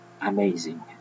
amazing